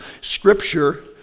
Scripture